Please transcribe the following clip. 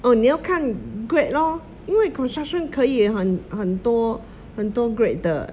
oh 你要看 grade lor 因为 construction 可以很很多很多 grade 的